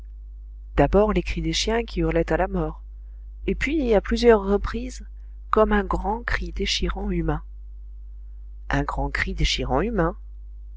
d'abord les cris des chiens qui hurlaient à la mort et puis à plusieurs reprises comme un grand cri déchirant humain un grand cri déchirant humain